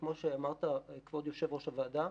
וכמו שאמרת, כבוד יושב-ראש הוועדה,